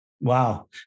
wow